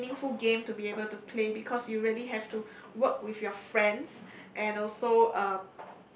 a meaningful game to be able to play because you really have to work with your friends and also uh